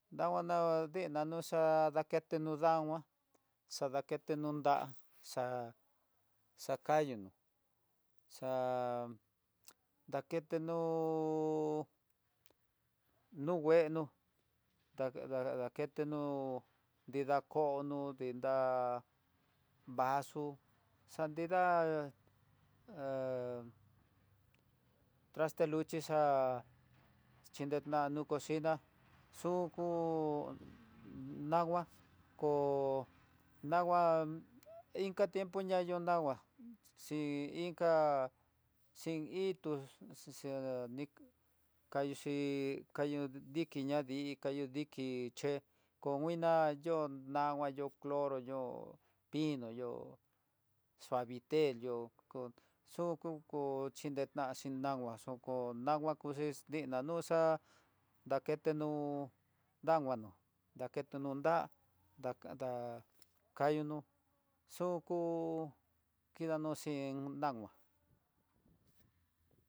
Ndanguano nina xa naketeno dama dakenten ndá, tá xakayu no xa'á daketenó hú no ngueno ta da- da ketenó nrida koo no nrida vaso, xanrá ha traste luxhi ha xhinendano cociná, xuku nagua ko nagua inka tiempo ña yo ndangua, xhin inka xhin itú xe- xe kayoxhi kayu diki ña dii, kayu diki ché ko nguina yo nama yo cloro yo pino yo suvitel koyo xhuku kó xhinentanxi nama xoko nama kuxhi nigna nuxa'a, dakeno nanguano naketo nrá, daka kayunó yuku kidanuxhin, ndangua.